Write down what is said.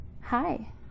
Hi